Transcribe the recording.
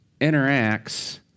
interacts